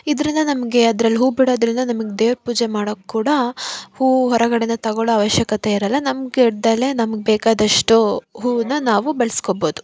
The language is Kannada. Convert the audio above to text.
ಇದರಿಂದ ನಮಗೆ ಅದ್ರಲ್ಲಿ ಹೂ ಬಿಡೋದರಿಂದ ನಮಗೆ ದೇವ್ರ ಪೂಜೆ ಮಾಡೋಕ್ಕೆ ಕೂಡ ಹೂ ಹೊರಗಡೆಯಿಂದ ತಗೊಳ್ಳೋ ಅವಶ್ಯಕತೆ ಇರೊಲ್ಲ ನಮ್ಮ ಗಿಡದಲ್ಲೇ ನಮಗೆ ಬೇಕಾದಷ್ಟು ಹೂವನ್ನ ನಾವು ಬೆಳೆಸ್ಕೊಬೋದು